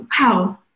wow